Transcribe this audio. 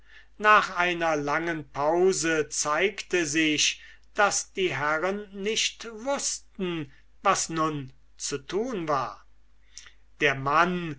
nach einer langen pause zeigte sich daß die herren nicht wußten was nun zu tun war der mann